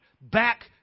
back